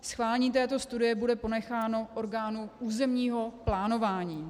Schválení této studie bude ponecháno orgánu územního plánování.